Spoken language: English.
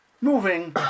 Moving